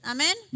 Amen